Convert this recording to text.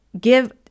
give